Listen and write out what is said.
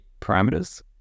parameters